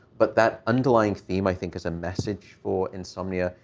but that underlying theme, i think, as a message for insomnia,